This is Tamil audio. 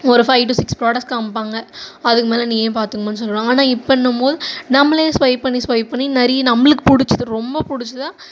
ஒரு ஃபைவ் டு சிக்ஸ் ப்ராடக்ட்ஸ் காமிப்பாங்க அதுக்குமேலே நீயே பார்த்துக்கமான்னு சொல்லிவிடுவாங்க ஆனால் இப்பன்னும்போது நம்மளே ஸ்வைப் பண்ணி ஸ்வைப் பண்ணி நிறைய நம்மளுக்கு பிடிச்சது ரொம்ப பிடிச்சதா